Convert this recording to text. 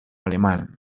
alemán